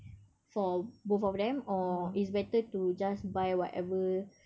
for both of them or it's better to just buy whatever